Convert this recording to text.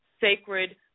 sacred